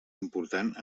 important